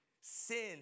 Sin